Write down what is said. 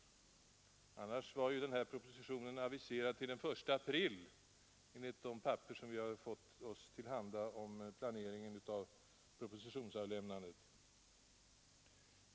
Annars var ju denna proposition aviserad till den 1 april enligt de papper som vi har fått om planeringen av propositionsavlämnandet.